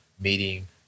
meeting